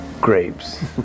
grapes